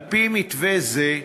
על-פי מתווה זה,